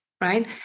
right